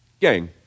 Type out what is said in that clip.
gang